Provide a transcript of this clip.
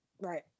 Right